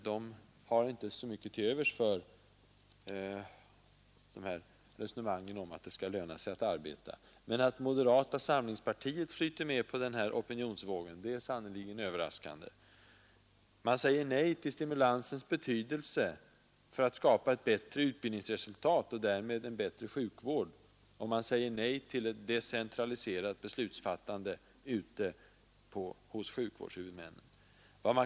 Det partiet har inte så mycket till övers för resonemanget om att det skall löna sig att arbeta. Men att moderata samlingspartiet flyter med på den här opinionsvågen är sannerligen överraskande. Man säger nej till stimulansens betydelse för att skapa ett bättre utbildningsresultat och därmed en bättre sjukvård, och man säger nej till ett decentraliserat beslutsfattande ute hos sjukvårdshuvudmännen.